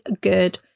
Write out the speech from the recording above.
good